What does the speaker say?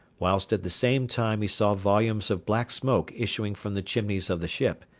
whilst at the same time he saw volumes of black smoke issuing from the chimneys of the ship,